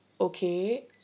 okay